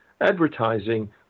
advertising